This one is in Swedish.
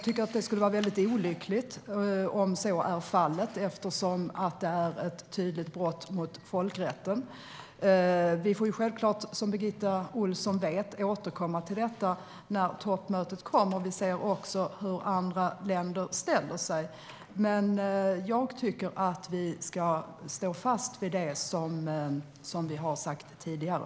Det vore olyckligt, eftersom det Ryssland har gjort är ett tydligt brott mot folkrätten. Som Birgitta Ohlsson vet får vi återkomma till detta när toppmötet kommer och vi kan se hur andra länder ställer sig. Jag tycker att vi ska stå fast vid det vi har sagt tidigare.